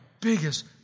biggest